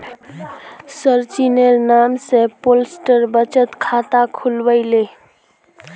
सचिनेर नाम स पोस्टल बचत खाता खुलवइ ले